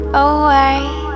away